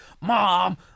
Mom